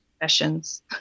sessions